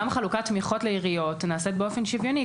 גם חלוקת תמיכות לעיריות נעשית באופן שוויוני,